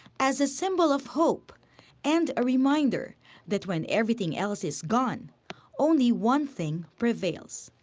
as a symbol of hope and a reminder that when everything else is gone only one thing prevails.